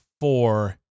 four